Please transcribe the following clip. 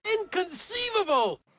Inconceivable